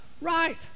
right